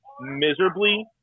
miserably